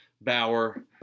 Bauer